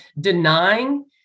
denying